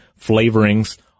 flavorings